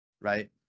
Right